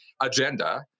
agenda